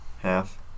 Half